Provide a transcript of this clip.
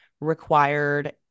required